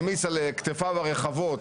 העמיס על כתפיו הרחבות,